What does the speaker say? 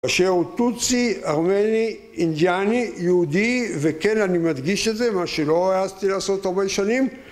אשר הוא טוטסי, ארמני, אינדיאני, יהודי וכן אני מדגיש את זה מה שלא העזתי לעשות הרבה שנים